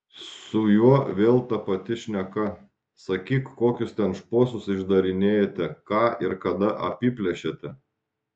su juo vėl ta pati šneka sakyk kokius ten šposus išdarinėjate ką ir kada apiplėšėte